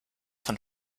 von